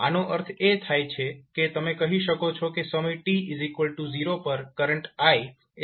આનો અર્થ એ થાય છે કે તમે કહી શકો છો કે સમય t0 પર કરંટ i 4A છે